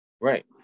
Right